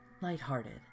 lighthearted